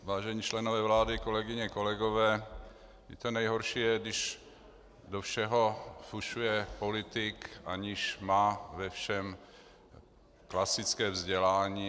Vážení členové vlády, kolegyně, kolegové, víte, nejhorší je, když do všeho fušuje politik, aniž má ve všem klasické vzdělání.